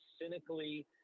cynically